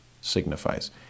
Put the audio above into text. signifies